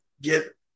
get